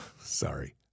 Sorry